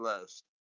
list